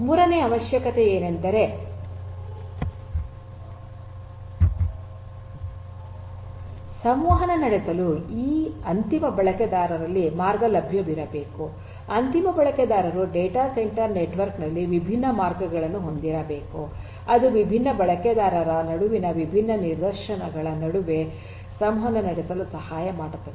ಮೂರನೆಯ ಅವಶ್ಯಕತೆಯೆಂದರೆ ಸಂವಹನ ನಡೆಸಲು ಅಂತಿಮ ಬಳಕೆದಾರರಲ್ಲಿ ಮಾರ್ಗ ಲಭ್ಯವಿರಬೇಕು ಅಂತಿಮ ಬಳಕೆದಾರರು ಡೇಟಾ ಸೆಂಟರ್ ನೆಟ್ವರ್ಕ್ ನಲ್ಲಿ ವಿಭಿನ್ನ ಮಾರ್ಗಗಳನ್ನು ಹೊಂದಿರಬೇಕು ಅದು ವಿಭಿನ್ನ ಬಳಕೆದಾರರ ನಡುವಿನ ವಿಭಿನ್ನ ನಿದರ್ಶನಗಳ ನಡುವೆ ಸಂವಹನ ನಡೆಸಲು ಸಹಾಯ ಮಾಡುತ್ತದೆ